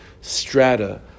strata